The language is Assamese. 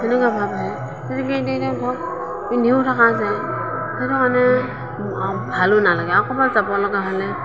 সেনেকুৱা ভাৱ আহে গতিকে এতিয়া ধৰক পিন্ধিও থকা যায় সেইকাৰণে ভালো নালাগে আৰু ক'ৰবাত যাব লগা হ'লে